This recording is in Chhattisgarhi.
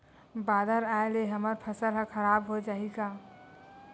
बादर आय ले हमर फसल ह खराब हो जाहि का?